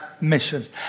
missions